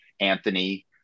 Anthony